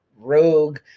rogue